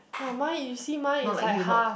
ya mine you see mine is like half